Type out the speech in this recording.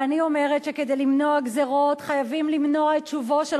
ואני אומרת שכדי למנוע גזירות חייבים למנוע את שובו של